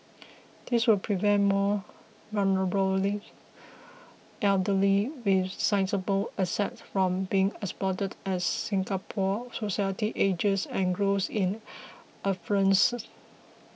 this will prevent more vulnerably elderly with sizeable assets from being exploited as Singapore society ages and grows in affluence